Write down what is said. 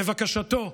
לבקשתו,